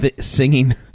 singing